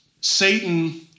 Satan